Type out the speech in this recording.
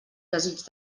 desig